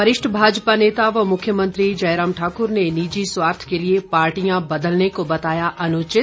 वरिष्ठ भाजपा नेता व मुख्यमंत्री जयराम ठाकुर ने निजी स्वार्थ के लिए पार्टियां बदलने को बताया अनुचित